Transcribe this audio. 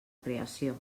creació